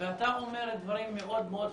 ואתה אומר דברים מאוד מאוד חשובים.